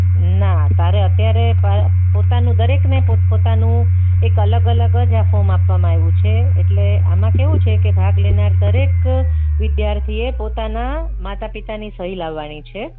ના તારે અત્યારે પ પોતાનું દરેક ને પોત પોતાનું એક અલગ અલગ જ આ ફોમ આપવામાં આવ્યું છે એટલે આમાં કેવું છે કે ભાગ લેનાર દરેક વિદ્યાર્થીએ પોતાના માતા પિતાની સહી લાવવાની છે